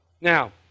Now